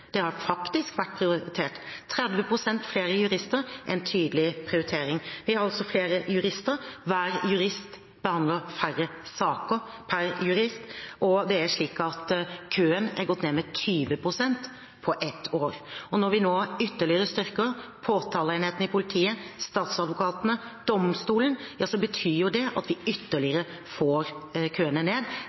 Det har faktisk vært prioritert. Det er 30 pst. flere jurister, og det er en tydelig prioritering. Vi har altså flere jurister, hver jurist behandler færre saker per jurist, og det er slik at køen har gått ned med 20 pst. på ett år. Når vi nå ytterligere styrker påtaleenheten i politiet, statsadvokatene og domstolene, betyr det at vi får køene ytterligere ned.